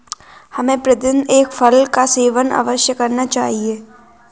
हमें प्रतिदिन एक फल का सेवन अवश्य करना चाहिए